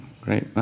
great